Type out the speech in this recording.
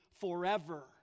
forever